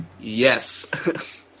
Yes